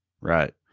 Right